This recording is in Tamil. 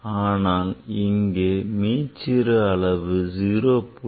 ஆனால் இங்கே மீச்சிறு அளவு 0